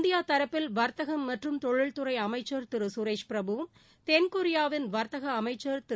India தரப்பில் வர்த்தகம் மற்றம் தொழில்துறை அமைச்சர் திரு சுரேஷ் பிரபுவும் தென்கொரியாவின் வர்த்தக அமைச்ச் திரு